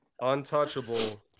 Untouchable